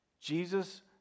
Jesus